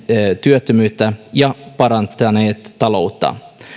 työttömyyttä ja parantaneet taloutta